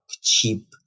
cheap